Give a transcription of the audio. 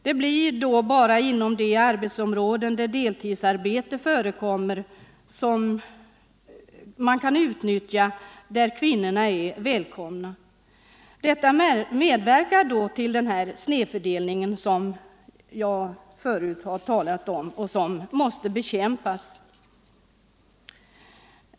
Det blir då bara inom de arbetsområden där deltidsarbete förekommer och kan utnyttjas som kvinnorna är välkomna. Detta medverkar till den snedfördelning på arbetsmarknaden som jag förut har talat om och som måste bekämpas.